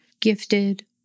gifted